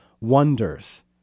wonders